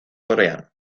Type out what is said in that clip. coreano